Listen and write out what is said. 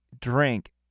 drink